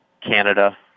Canada